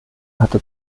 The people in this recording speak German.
hatte